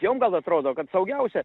jom gal atrodo kad saugiausia